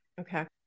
Okay